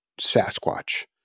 Sasquatch